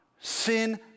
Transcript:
Sin